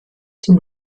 zum